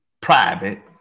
private